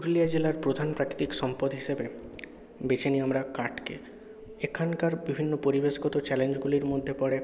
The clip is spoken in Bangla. পুরুলিয়া জেলার প্রধান প্রাকৃতিক সম্পদ হিসাবে বেছে নিই আমরা কাঠকে এখানকার বিভিন্ন পরিবেশগত চ্যালেঞ্জগুলির মধ্যে পড়ে